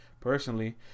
personally